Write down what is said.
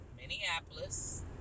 minneapolis